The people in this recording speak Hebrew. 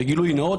בגילוי נאות,